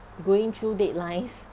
going through deadlines